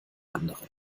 anderen